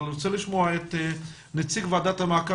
אבל אני רוצה לשמוע את נציג ועדת המעקב